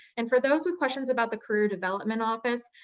and for those with questions about the career development office,